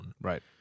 Right